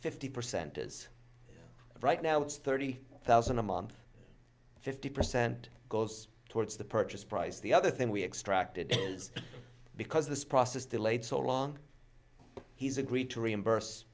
fifty percent is right now it's thirty thousand a month fifty percent goes towards the purchase price the other thing we extracted is because this process delayed so long he's agreed to reimburse